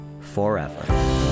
forever